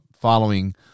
following